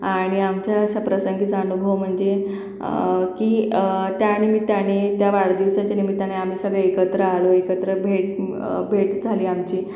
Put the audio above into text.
आणि आमच्या अशा प्रसंगीचा अनुभव म्हणजे की त्या निमित्ताने त्या वाढदिवसाच्या निमित्ताने आम्ही सगळे एकत्र आलो एकत्र भेट भेट झाली आमची